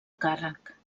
càrrec